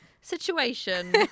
situation